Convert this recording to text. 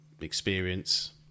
experience